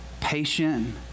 patient